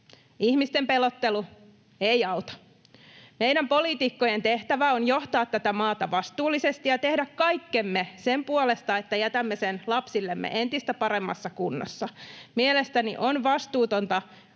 Ihmisten pelottelu ei auta. Meidän poliitikkojen tehtävä on johtaa tätä maata vastuullisesti ja tehdä kaikkemme sen puolesta, että jätämme sen lapsillemme entistä paremmassa kunnossa. Mielestäni on vastuutonta